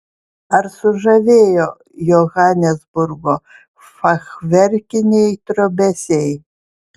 ar sužavėjo johanesburgo fachverkiniai trobesiai